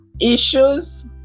issues